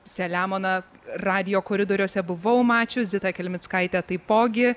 selemoną radijo koridoriuose buvau mačius zitą kelmickaitę taipogi